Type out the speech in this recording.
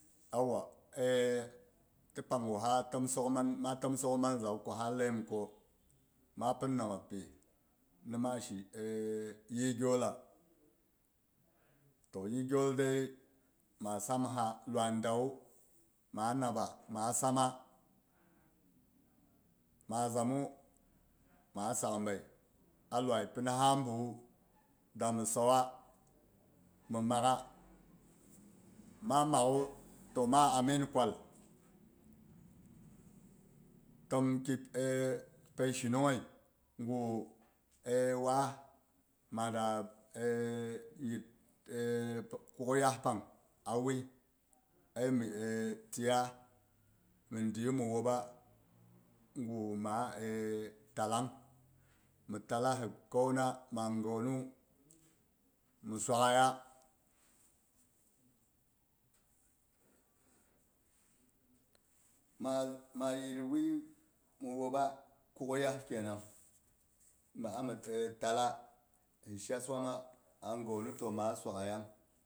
Yauwa ti pang guh ma tim sok manau wu ko ha laiyim ko ma pin nama pi mhi nima shi yi gyolla, to yi gyol dai mo samha luwai dawu, ma nabba, ma samma. Ma zammu, ma sakbai a luwai pina ha myis mhi sawa mhi magha, ma maghu to ma amin kul tom ki pai shinunghai guh waas ma da yit kughi yaa pang a wuyi ai mi tiya mhin diyu n wuuba gu ma tallang mhi talla hi khauna ma ghaunu mhi suwahaiya ma yit wuyiyu mi wuupba kughiyas kenan mhi a mi talla an sha swamma a ghonu to maa swaghaiya.